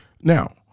Now